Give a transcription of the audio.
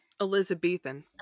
Elizabethan